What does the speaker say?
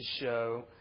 show